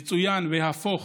יצוין ויהפוך